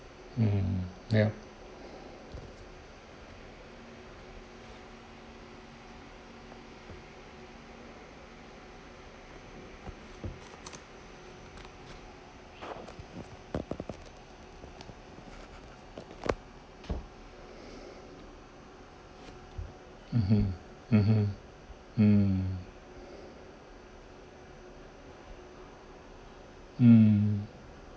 mm yup mmhmm mmhmm mm mm